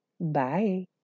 Bye